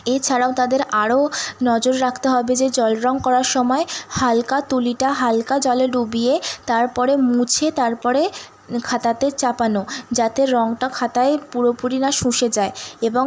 এছাড়াও তাদের আরও নজর রাখতে হবে যে জল রঙ করার সময় হালকা তুলিটা হালকা জলে ডুবিয়ে তারপরে মুছে তারপরে খাতাতে চাপানো যাতে রঙটা খাতায় পুরোপুরি না শুষে যায় এবং